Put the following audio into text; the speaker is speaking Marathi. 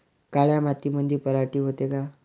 काळ्या मातीमंदी पराटी होते का?